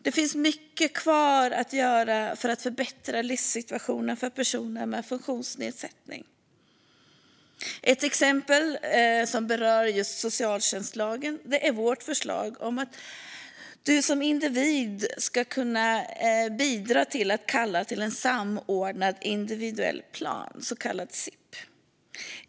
Det finns mycket kvar att göra för att förbättra livssituationen för personer med funktionsnedsättning. Ett exempel som berör just socialtjänstlagen är vårt förslag om att du som individ ska kunna bidra till att kalla till en samordnad individuell plan, en så kallad SIP.